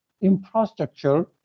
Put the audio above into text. infrastructure